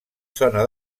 zona